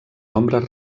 nombres